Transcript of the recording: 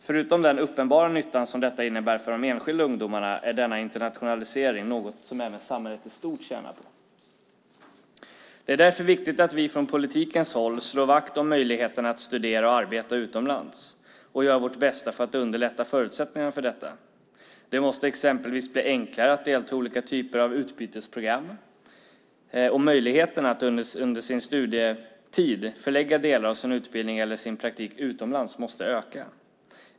Förutom den uppenbara nytta som detta innebär för de enskilda ungdomarna är denna internationalisering något som även samhället i stort tjänar på. Det är därför viktigt att vi från politikens håll slår vakt om möjligheterna att studera och arbeta utomlands och gör vårt bästa för att underlätta förutsättningarna för detta. Det måste exempelvis bli enklare att delta i olika typer av utbytesprogram, och möjligheterna att under sin studietid förlägga delar av sin utbildning eller sin praktik utomlands måste öka.